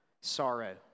sorrow